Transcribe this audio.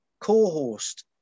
co-host